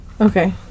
Okay